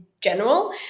general